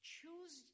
Choose